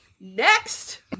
Next